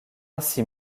ainsi